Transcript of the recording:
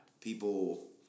People